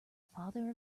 father